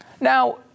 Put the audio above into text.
Now